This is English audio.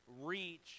reach